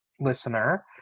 listener